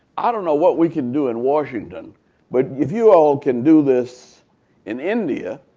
i don't know what we can do in washington but if you all can do this in india,